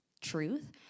truth